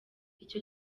icyo